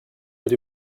that